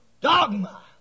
dogma